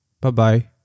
Bye-bye